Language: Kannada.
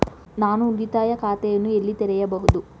ನಾನು ಉಳಿತಾಯ ಖಾತೆಯನ್ನು ಎಲ್ಲಿ ತೆರೆಯಬಹುದು?